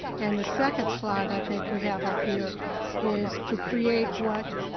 and the second slide i think we have up here is to create what,